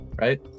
right